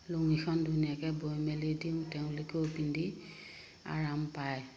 লুঙিখন ধুনীয়াকে বৈ মেলি দিওঁ তেওঁলোকেও পিন্ধি আৰাম পায়